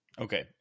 Okay